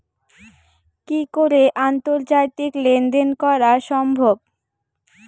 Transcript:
কি করে আন্তর্জাতিক লেনদেন করা সম্ভব?